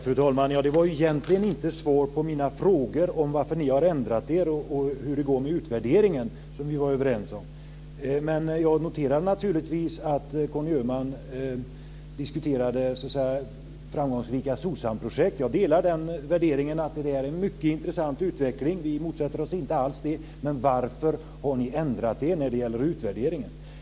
Fru talman! Det var egentligen inte svar på mina frågor om varför ni har ändrat er och hur det går med utvärderingen, som vi var överens om. Men jag noterar naturligtvis att Conny Öhman diskuterade framgångsrika SOSAM-projekt. Jag delar den värderingen att det är en mycket intressant utveckling. Vi motsätter oss inte alls den. Men varför har ni ändrat er när det gäller utvärderingen?